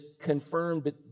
confirmed